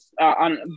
on